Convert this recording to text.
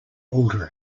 alter